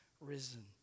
risen